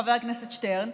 חבר הכנסת שטרן,